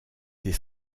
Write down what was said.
des